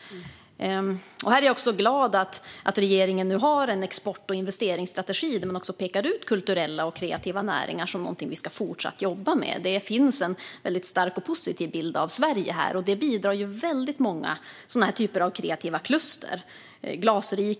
Jag är därför glad att regeringen har en export och investeringsstrategi där också kulturella och kreativa näringar pekas ut som något som vi ska fortsätta att jobba med. Här finns en stark och positiv bild av Sverige, vilket många av dessa kreativa kluster bidrar till.